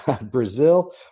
Brazil